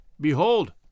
behold